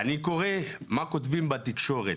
אני קורא מה כותבים בתקשורת,